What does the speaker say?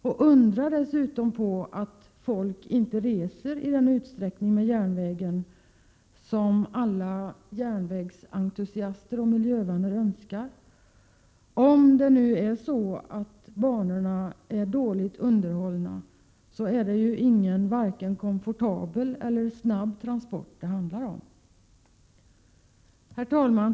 Då är det inte konstigt att folk inte reser med tåg i den utsträckning som alla järnvägsentusiaster och miljövänner önskar. Om banorna är dåligt underhållna handlar det varken om någon komfortabel eller om någon snabb transport. Herr talman!